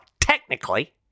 technically